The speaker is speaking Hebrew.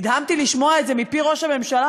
נדהמתי לשמוע את זה מפי ראש הממשלה,